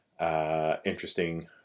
interesting